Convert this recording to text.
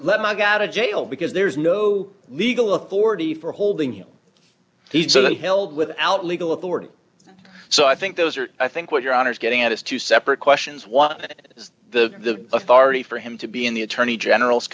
let me i got a jail because there's no legal authority for holding him he's so they held without legal authority so i think those are i think what your honor is getting at is two separate questions one is the authority for him to be in the attorney general's